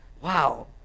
Wow